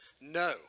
No